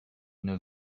une